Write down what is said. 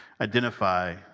identify